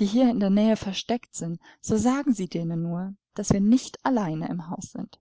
die hier in der nähe versteckt sind so sagen sie denen nur daß wir nicht allein im hause sind